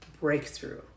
breakthrough